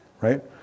right